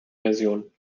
version